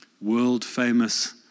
world-famous